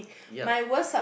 yeah